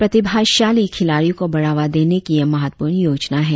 प्रतिभाशाली खिलाड़ियो को बढ़ावा देने की यह महत्वपूर्ण योजना है